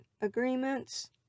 agreements